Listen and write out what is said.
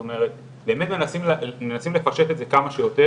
זאת אומרת באמת מנסים לפשט את זה כמה שיותר,